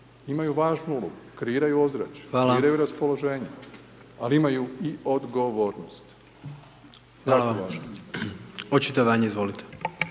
Imaju važnu ulogu, kreiraju ozračje, kreiraju raspoloženje. Ali imaju i odgovornost. To je jako važno.